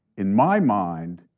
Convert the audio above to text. in my mind,